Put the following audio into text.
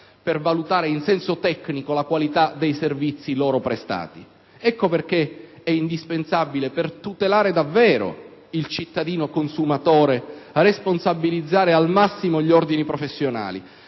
per valutare in senso tecnico la qualità dei servizi loro prestati. Ecco perché è indispensabile, per tutelare davvero il cittadino-consumatore, responsabilizzare al massimo gli ordini professionali,